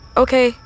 okay